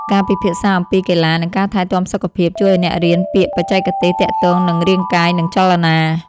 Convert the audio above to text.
ការពិភាក្សាអំពីកីឡា និងការថែទាំសុខភាព ជួយឱ្យអ្នករៀនពាក្យបច្ចេកទេសទាក់ទងនឹងរាងកាយ និងចលនា។